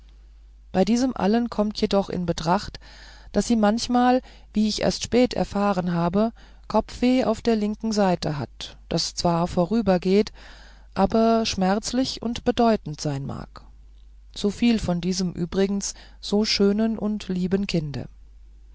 bei diesem allen kommt jedoch in betrachtung daß sie manchmal wie ich erst spät erfahren habe kopfweh auf der linken seite hat das zwar vorübergeht aber schmerzlich und bedeutend sein mag soviel von diesem übrigens so schönen und lieben kinde